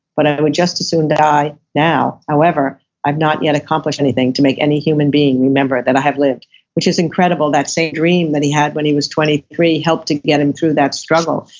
but i would just as soon die now, however i've not yet accomplished anything to make any human being remember that i have lived which is incredible that same dream he had when he was twenty three helped to get him through that struggle.